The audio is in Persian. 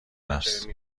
است